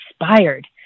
inspired